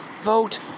vote